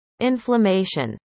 inflammation